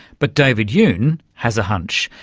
but david yoon has a hunch.